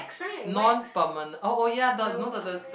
non permane~ oh oh ya the no the the the